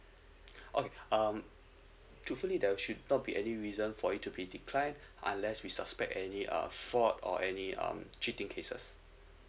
okay um truthfully there'll should not be any reason for it to be declined unless we suspect any err fault or any um cheating cases